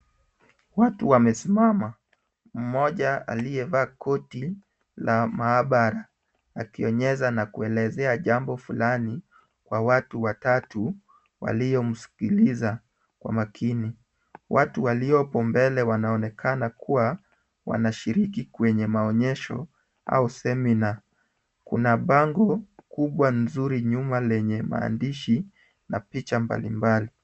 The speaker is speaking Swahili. Watu wamesimama. Mmoja aliyevaa koti la maabara akionyeza na kuelezea jambo fulani kwa watu watatu, waliomsikiliza kwa makini. Watu waliopo mbele wanaonekana kuwa wanashiriki kwenye maonyesho au seminer Kuna bango kubwa nzuri nyuma lenye maandishi na picha mbalimbali.